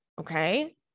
Okay